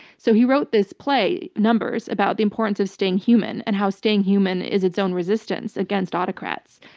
so he wrote this play numbers about the importance of staying human and how staying human is its own resistance against autocrats.